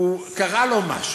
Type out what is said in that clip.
קרה לו משהו.